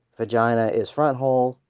vagina is! front hole!